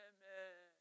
Amen